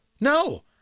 No